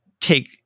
take